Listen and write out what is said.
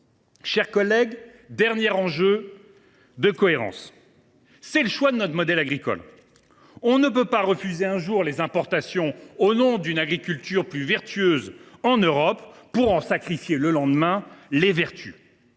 chers collègues, notre dernier enjeu de cohérence est celui du choix de notre modèle agricole. On ne peut pas refuser un jour les importations au nom d’une agriculture européenne plus vertueuse pour en sacrifier le lendemain les vertus.